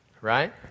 right